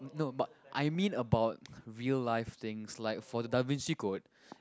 no but I mean about real live things like for the Davinci Code